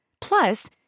Plus